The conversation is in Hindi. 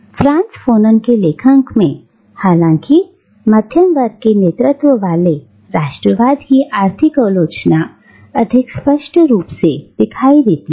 फ्रांत्स फानोन के लेखन में हालांकि मध्यम वर्ग के नेतृत्व वाले राष्ट्रवाद की आर्थिक आलोचना अधिक स्पष्ट रूप से दिखाई देती है